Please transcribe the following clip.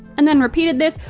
and then repeated this,